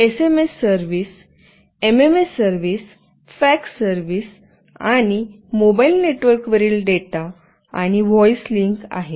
SMS service MMS service fax service आणि mobile नेटवर्कवरील data आणि व्हॉइस लिंक आहे